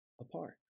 apart